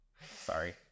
Sorry